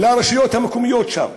לרשויות המקומיות שם.